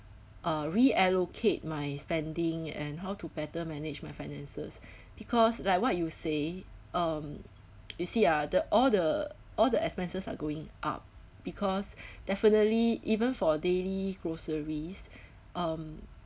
uh reallocate my spending and how to better manage my finances because like what you say um you see ah the all the all the expenses are going up because definitely even for daily groceries um